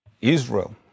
Israel